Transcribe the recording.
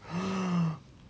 ah